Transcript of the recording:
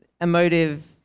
emotive